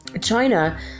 China